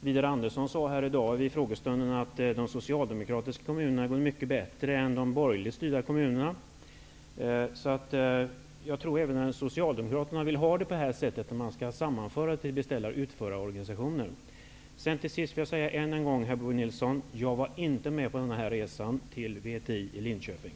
Widar Andersson sade vid frågestunden här i dag att de socialdemokratiska kommunerna går mycket bättre än de borgerligt styrda kommunerna, så jag tror att även Till sist vill jag än en gång säga till Bo Nilsson att jag inte var med på resan till VTI i Linköping.